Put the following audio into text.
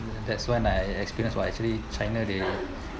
that's when I experienced what actually china they